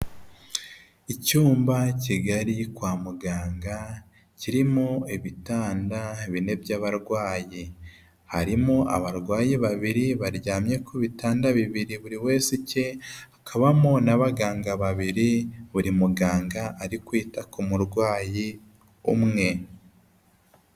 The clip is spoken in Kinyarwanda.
Icyumba kigari kwa muganga kirimo ibitanda bine by'abarwayi, harimo abarwayi babiri baryamye ku bitanda bibiri buri wese icye, hakabamo n'abaganga babiri buri muganga ari kwita ku murwayi umwe.